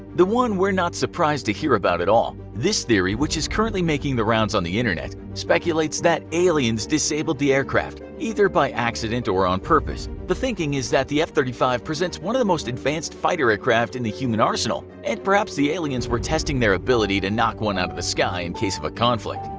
one we're not surprised to hear about at all. this theory which is currently making the rounds on the internet speculates that aliens disabled the aircraft either by accident or on purpose. the thinking is that the f thirty five presents one of the most advanced fighter aircraft in the human arsenal, and perhaps the aliens were testing their ability to knock one out of the sky in case of conflict.